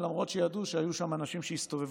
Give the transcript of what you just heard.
ולמרות שידעו שהיו שם אנשים שהסתובבו,